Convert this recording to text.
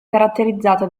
caratterizzata